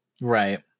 Right